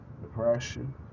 depression